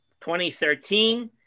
2013